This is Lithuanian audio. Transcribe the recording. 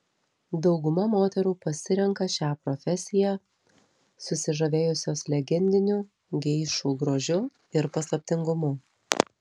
dauguma moterų pasirenka šią profesiją susižavėjusios legendiniu geišų grožiu ir paslaptingumu